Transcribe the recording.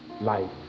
life